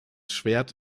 schwert